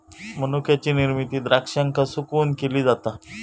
मनुक्याची निर्मिती द्राक्षांका सुकवून केली जाता